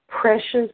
precious